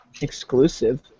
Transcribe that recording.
Exclusive